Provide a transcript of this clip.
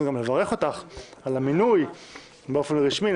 גם לברך אותך על המינוי באופן רשמי,